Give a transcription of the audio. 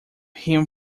him